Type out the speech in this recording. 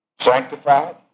sanctified